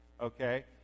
okay